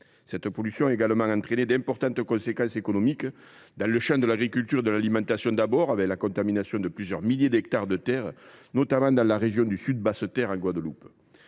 Cette pollution a également entraîné d’importantes conséquences économiques dans les domaines de l’agriculture et de l’alimentation d’abord, avec la contamination de plusieurs milliers d’hectares de terres, notamment dans la région Sud Basse Terre, en Guadeloupe,